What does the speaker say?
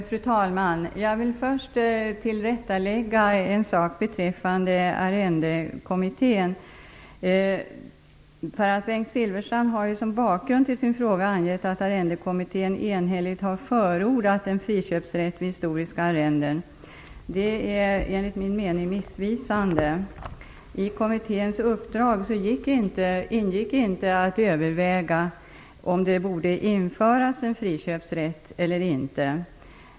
Fru talman! Jag vill först tillrättalägga en sak beträffande Arrendekommittén. Bengt Silfverstrand har som bakgrund till sin fråga angett att Arrendekommittén enhälligt har förordat en friköpsrätt vid historiska arrenden. Det är missvisande, enligt min mening. I Arrendekommitténs uppdrag ingick inte att överväga om det borde införas en friköpsrätt eller inte.